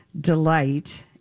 delight